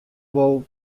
wol